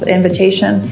invitation